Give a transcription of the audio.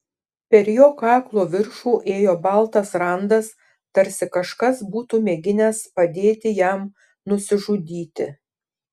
per jo kaklo viršų ėjo baltas randas tarsi kažkas būtų mėginęs padėti jam nusižudyti